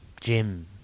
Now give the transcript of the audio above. Jim